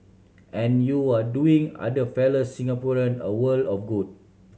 and you're doing other fellow Singaporean a world of good